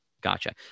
Gotcha